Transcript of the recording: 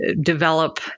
develop